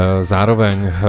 Zároveň